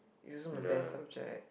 is also my best subject